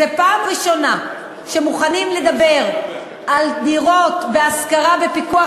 זו פעם ראשונה שמוכנים לדבר על דירות להשכרה בפיקוח,